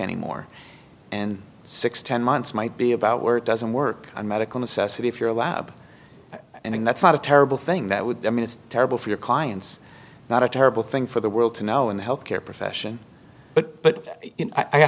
anymore and six ten months might be about where it doesn't work and medical necessity if you're a lab and that's not a terrible thing that would i mean it's terrible for your clients not a terrible thing for the world to know in the health care profession but